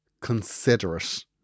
considerate